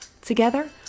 together